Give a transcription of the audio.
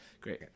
great